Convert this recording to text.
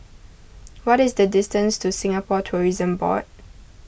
what is the distance to Singapore Tourism Board